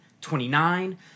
twenty-nine